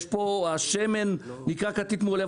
השמן נקרא כתית מעולה,